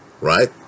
Right